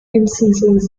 instances